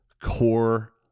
core